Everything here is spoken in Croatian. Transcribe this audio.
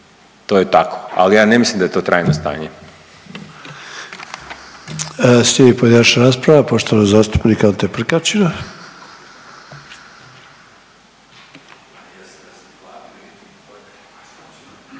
to je tako. Ali ja ne mislim da je to trajno stanje.